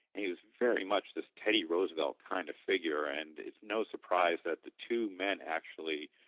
and he was very much this teddy roosevelt kind of figure and it's no surprise that the two men actually